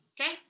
okay